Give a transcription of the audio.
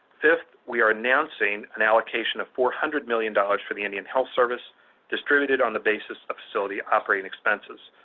fifth, we are announcing an allocation of four hundred million dollars for the indian health service distributed on the basis of facility operating expenses.